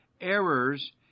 errors